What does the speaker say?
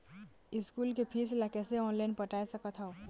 School के फीस ला कैसे ऑनलाइन पटाए सकत हव?